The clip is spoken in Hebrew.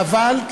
חבל,